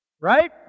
Right